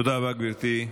תודה רבה, גברתי.